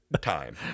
time